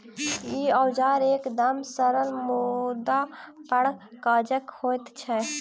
ई औजार एकदम सरल मुदा बड़ काजक होइत छै